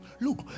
look